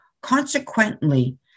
Consequently